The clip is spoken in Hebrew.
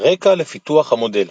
הרקע לפיתוח המודל